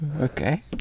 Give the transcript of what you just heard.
Okay